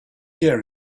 year